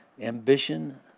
ambition